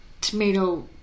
tomato